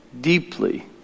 deeply